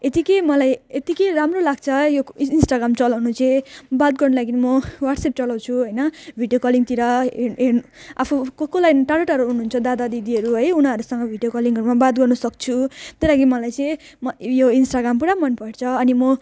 यतिकै मलाई यतिकै राम्रो लाग्छ यो इ इन्स्टाग्राम चलाउनु चाहिँ बात गर्नु लागि म वाट्सएप चलाउँछु होइन भिडियो कलिङतिर हे हेर्नु आफू को कोलाई टाढोटाढो हुनुहुन्छ दादा दिदीहरू है उनीहरूसँग भिडियो कलिङहरूमा बात गर्नसक्छु त्यही लागि मलाई चाहिँ म यो इन्स्टाग्राम पुरा मनपर्छ अनि म